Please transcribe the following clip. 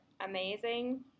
amazing